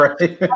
Right